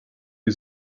die